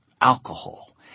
alcohol